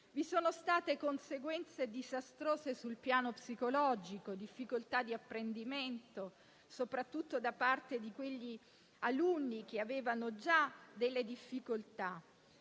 Vi sono state conseguenze disastrose sul piano psicologico, difficoltà di apprendimento, soprattutto da parte di alunni che avevano già delle difficoltà.